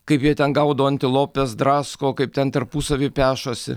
kaip jie ten gaudo antilopes drasko kaip ten tarpusavy pešasi